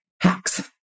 Hacks